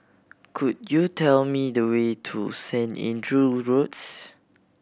could you tell me the way to Saint Andrew Roads